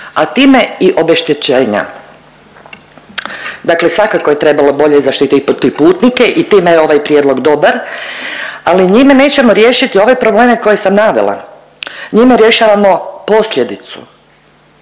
a time i obeštećenja. Dakle svakako je trebalo bolje zaštititi putnike i time je ovaj prijedlog dobar, ali njime nećemo riješiti ove probleme koje sam navela, njime rješavamo posljedicu.